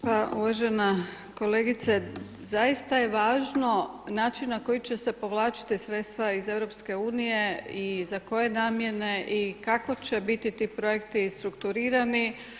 Pa uvažena kolegice, zaista je važno način na koji će se povlačiti sredstva iz EU i za koje namjene i kako će biti ti projekti strukturirani.